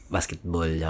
Basketball